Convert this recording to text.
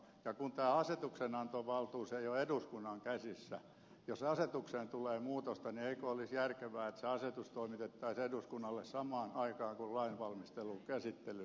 ja kun tämä asetuksenantovaltuus ei ole eduskunnan käsissä jos asetukseen tulee muutosta niin eikö olisi järkevää että se asetus toimitettaisiin eduskunnalle samaan aikaan kuin lain käsittely käydään